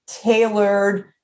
tailored